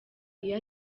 iyo